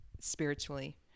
spiritually